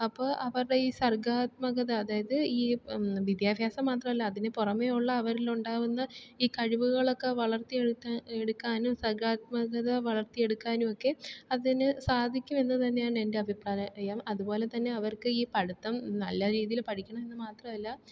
അപ്പോൾ അവരുടെ ഈ സർഗാത്മകത അതായത് ഈ വിദ്യാഭ്യാസം മാത്രമല്ല അതിന് പുറമെ ഉള്ള അവരിലുണ്ടാവുന്ന ഈ കഴിവുകളൊക്കെ വളർത്തിയെടുത്താൽ എടുക്കാനും സർഗാത്മകത വളർത്തിയെടുക്കാനുമൊക്കെ അതിന് സാധിക്കും എന്നുതന്നെയാണ് എൻ്റെ അഭിപ്രായം അതുപോലെ തന്നെ അവർക്ക് ഈ പഠിത്തം നല്ല രീതിയില് പഠിക്കണമെ മാത്രമല്ല